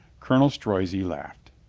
colonel strozzi laughed.